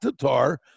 Tatar